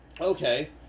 Okay